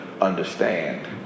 understand